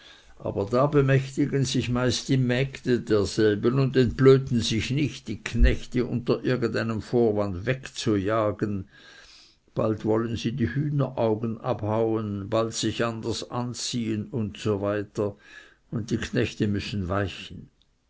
aber da bemächtigen sich meist die mägde derselben und entblöden sich nicht die knechte unter irgend einem vorwand wegzujagen bald wollen sie die hühneraugen abhauen bald sich anders anlegen usw und die knechte müssen weichen